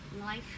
life